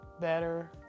better